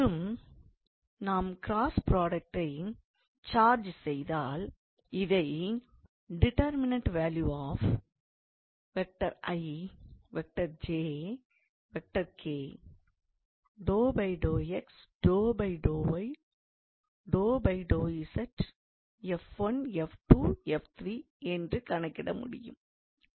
மற்றும் நாம் கிராஸ் புராடக்டை சார்ஜ் செய்தால் இதை என்று கணக்கிட முடியும்